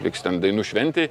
vykstant dainų šventei